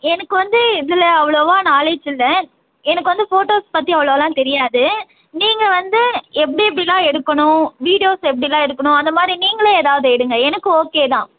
எனக்கு வந்து இதில் அவ்வளோவா நாலேட்ஜ் இல்லை எனக்கு வந்து ஃபோட்டோஸ் பற்றி அவ்வளோலாம் தெரியாது நீங்கள் வந்து எப்படி எப்படிலாம் எடுக்கணும் வீடியோஸ் எப்படிலாம் எடுக்கணும் அந்த மாதிரி நீங்களும் எதாவது எடுங்கள் எனக்கு ஓகே தான்